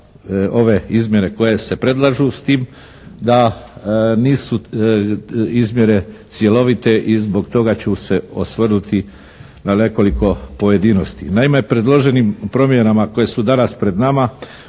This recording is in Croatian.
ove izmjene koje se predlažu, s tim da nisu izmjene cjelovite i zbog toga ću se osvrnuti na nekoliko pojedinosti. Naime, predloženim promjenama koje su danas pred nama